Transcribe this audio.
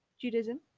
Judaism